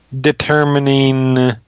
determining